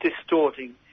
distorting